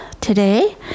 today